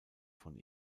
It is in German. von